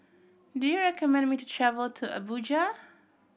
do you recommend me to travel to Abuja